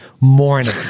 morning